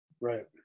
Right